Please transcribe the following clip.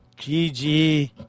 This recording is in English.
GG